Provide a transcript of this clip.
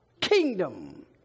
kingdom